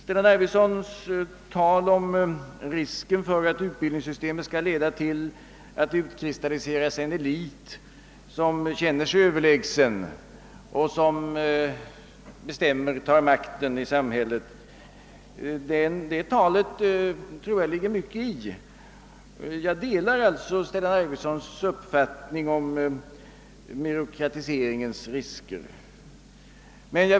Herr Arvidson talade om risken för att utbildningssystemet kan leda till att det utkristalliseras en elit som känner sig överlägsen, som bestämmer och tar makten i samhället. Jag tror att det ligger mycket i det, och jag delar sålunda Stellan Arvidsons uppfattning om riskerna för demokratin därvidlag.